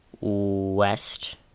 West